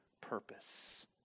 purpose